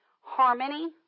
harmony